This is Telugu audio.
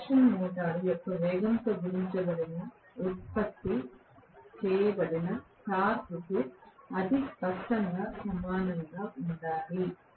ఇండక్షన్ మోటారు యొక్క వేగంతో గుణించబడిన ఉత్పత్తి చేయబడిన టార్క్కు అది స్పష్టంగా సమానంగా ఉండాలి